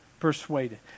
persuaded